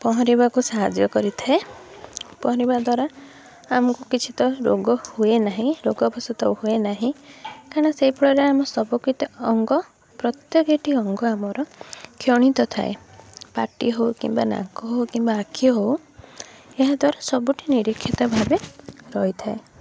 ପହଁରିବାକୁ ସାହାଯ୍ୟ କରିଥାଏ ପହଁରିବା ଦ୍ଵାରା ଆମୁକୁ କିଛି ତ ରୋଗ ହୁଏନାହିଁ ରୋଗ ହୁଏନାହିଁ କାରଣ ସେ ଫଳରେ ଆମର ସବୁ କିଛି ଅଙ୍ଗ ପ୍ରତ୍ୟେକଟି ଅଙ୍ଗ ଆମର କ୍ଷଣିତ ଥାଏ ପାଟି ହେଉ କିମ୍ବା ନାକ ହେଉ ବା ଆଖି ହେଉ ଏହା ଦ୍ଵାରା ସବୁଠି ନିରୀକ୍ଷିତ ଭାବେ ରହିଥାଏ